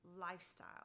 lifestyle